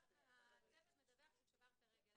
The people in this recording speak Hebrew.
והצוות מדווח שהוא שבר את הרגל,